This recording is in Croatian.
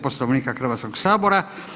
Poslovnika Hrvatskog sabora.